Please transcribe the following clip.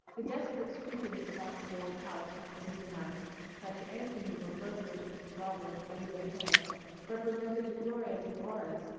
the desperate squeakings about the old house on windy nights that to anthony were burglars with revolvers ready in hand represented to gloria the auras,